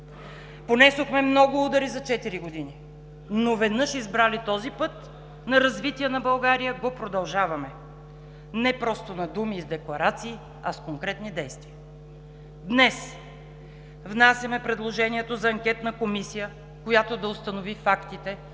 Понесохме много удари за четири години, но веднъж избрали този път на развитие на България, го продължаваме не просто на думи и с декларации, а с конкретни действия. Днес внасяме предложението за Анкетна комисия, която да установи фактите